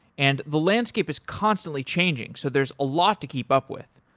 and the landscape is constantly changing, so there's a lot to keep up with.